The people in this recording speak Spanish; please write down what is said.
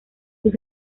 sus